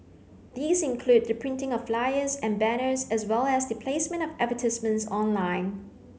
these include the printing of flyers and banners as well as the placement of advertisements online